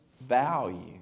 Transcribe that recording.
value